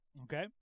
Okay